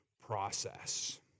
process